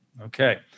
Okay